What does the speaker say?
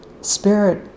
Spirit